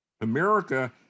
America